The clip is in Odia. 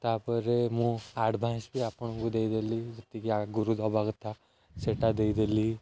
ତାପରେ ମୁଁ ଆଡଭାନ୍ସ ବି ଆପଣଙ୍କୁ ଦେଇଦେଲି ଯେତିକି ଆଗରୁ ଦେବା କଥା ସେଟା ଦେଇଦେଲି